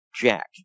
Jack